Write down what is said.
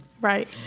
Right